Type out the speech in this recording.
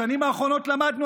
בשנים האחרונות למדנו,